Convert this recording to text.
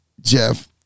Jeff